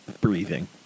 breathing